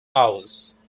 hours